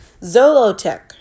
Zolotech